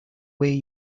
way